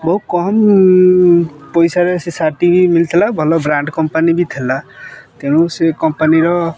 ବହୁ କମ୍ ପଇସାରେ ସେ ସାର୍ଟଟି ବି ମିଲିଥିଲା ଭଲ ବ୍ରାଣ୍ଡ କମ୍ପାନୀ ବି ଥିଲା ତେଣୁ ସେ କମ୍ପାନୀର